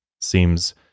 seems